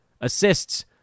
Assists